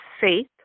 faith